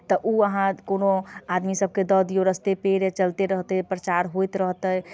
तऽ ओ अहाँ कोनो आदमीसबके दऽ दिऔ रस्ते पेड़े चलते रहतै प्रचार होइत रहतै